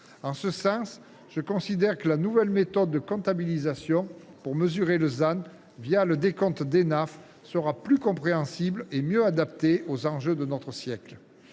En ce sens, je considère que la nouvelle méthode de comptabilisation pour mesurer le ZAN au moyen du décompte Enaf sera plus compréhensible et mieux adaptée aux enjeux de notre siècle.